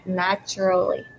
naturally